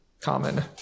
common